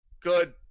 Good